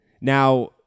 Now